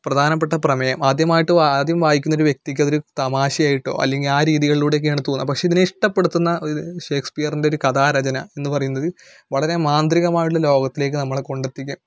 പ്രധാനപ്പെട്ട പ്രമേയം ആദ്യമായിട്ട് ആദ്യം വായിക്കുന്നൊരു വ്യക്തിക്കതൊരു തമാശയായിട്ടൊ അല്ലെങ്കിൽ ആ രീതികൾലൂടൊക്കെയാണ് തോന്നുക പക്ഷേ ഇതിനെ ഇഷ്ടപ്പെടുത്തുന്ന ഒരിത് ഷേക്സ്പിയറിന്റെ ഒരു കഥാരചന എന്ന് പറയുന്നത് വളരെ മാന്ത്രികമായിട്ട് ഉള്ള ലോകത്തിലേക്ക് നമ്മളെ കൊണ്ടെത്തിക്കാൻ